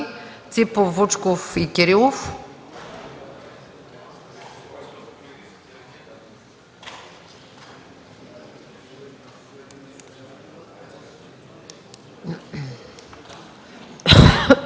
Ципов, Вучков и Кирилов.